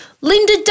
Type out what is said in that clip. Linda